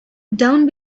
down